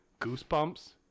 Goosebumps